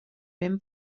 ben